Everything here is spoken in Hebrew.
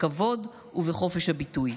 בכבוד ובחופש הביטוי.